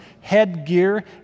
headgear